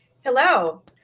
Hello